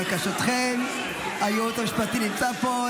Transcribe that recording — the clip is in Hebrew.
לבקשתכם, הייעוץ המשפטי נמצא פה.